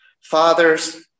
Fathers